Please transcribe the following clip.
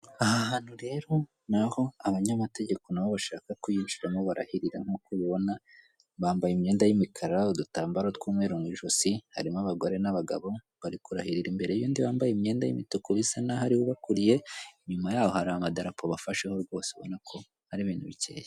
Aha hantu rero ni aho abanyamategeko na bo bashaka kuyinjiramo barahirira, nk'uko ubibona bambaye imyenda y'imikara, udutambaro tw'umweru mu ijosi, harimo abagore n'abagabo, barikurahirira imbere y'undi wambaye imyenda y'imituku bisa n'aho ariwe ubakuriye, inyuma yaho hari amadarapo bafasheho rwose ubona ko ari ibintu bikeye.